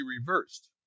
reversed